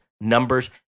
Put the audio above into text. numbers